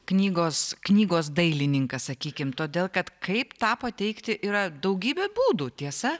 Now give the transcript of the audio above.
knygos knygos dailininkas sakykim todėl kad kaip tą pateikti yra daugybė būdų tiesa